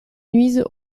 nuisent